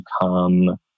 become